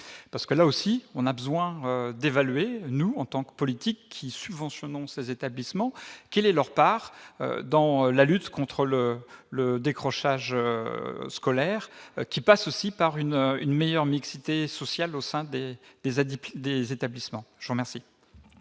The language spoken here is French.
parce que là aussi on a besoin d'évaluer, nous en tant que politique qui subventionnons ces établissements, quelle est leur part dans la lutte contre le le décrochage scolaire qui passe aussi par une une meilleure mixité sociale au sein des des ADP des établissements Jean merci.